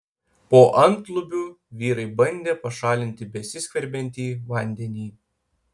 po antlubiu vyrai bandė pašalinti besiskverbiantį vandenį